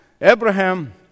Abraham